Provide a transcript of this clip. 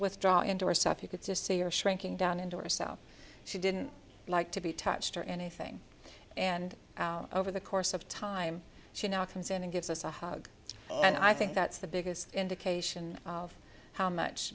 withdraw into our stuff you could just see your shrinking down into ourselves she didn't like to be touched or anything and over the course of time she now comes in and gives us a hug and i think that's the biggest indication of how much